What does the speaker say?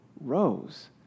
rose